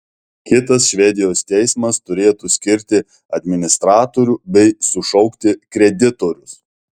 kitas švedijos teismas turėtų skirti administratorių bei sušaukti kreditorius